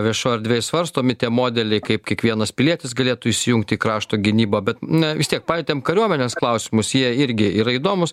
viešoj erdvėj svarstomi tie modeliai kaip kiekvienas pilietis galėtų įsijungti į krašto gynybą bet na vis tiek palietėm kariuomenės klausimus jie irgi yra įdomūs